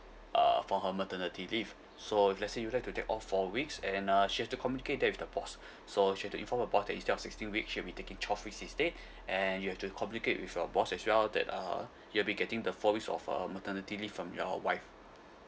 uh for her maternity leave so if let's say you'd like to take all four weeks and uh she have to communicate that with the boss so she have to inform her boss that instead of sixteen weeks she'll be taking twelve weeks instead and you have to communicate with your boss as well that uh you'll be getting the four weeks of uh maternity leave from your wife